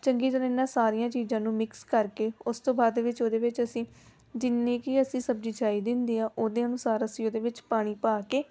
ਚੰਗੀ ਤਰ੍ਹਾਂ ਇਹਨਾਂ ਸਾਰੀਆਂ ਚੀਜ਼ਾਂ ਨੂੰ ਮਿਕਸ ਕਰਕੇ ਉਸ ਤੋਂ ਬਾਅਦ ਵਿੱਚ ਉਹਦੇ ਵਿੱਚ ਅਸੀਂ ਜਿੰਨੀ ਕੁ ਅਸੀਂ ਸਬਜ਼ੀ ਚਾਹੀਦੀ ਹੁੰਦੀ ਆ ਉਹਦੇ ਅਨੁਸਾਰ ਅਸੀਂ ਉਹਦੇ ਵਿੱਚ ਪਾਣੀ ਪਾ ਕੇ